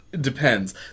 depends